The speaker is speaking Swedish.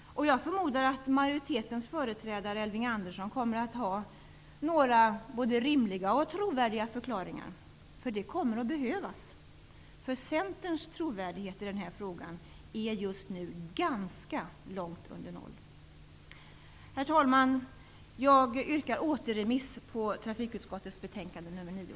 Jag förmodar att majoritetens företrädare Elving Andersson kommer att ge några både rimliga och trovärdiga förklaringar. Det kommer att behövas. Centerns trovärdighet i den här frågan är just nu ganska långt under noll. Herr talman! Jag yrkar återremiss på trafikutskottets betänkande nr 9.